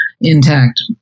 intact